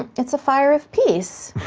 it's a fire of peace,